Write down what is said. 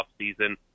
offseason